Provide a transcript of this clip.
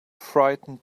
frightened